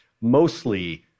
mostly